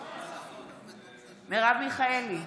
מרב מיכאלי,